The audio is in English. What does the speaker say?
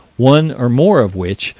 one or more of which,